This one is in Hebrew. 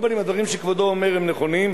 על כל פנים, הדברים שכבודו אומר הם נכונים.